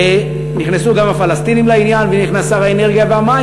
נכנסו גם הפלסטינים לעניין ונכנס שר האנרגיה והמים,